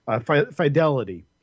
Fidelity